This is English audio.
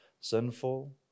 sinful